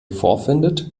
vorfindet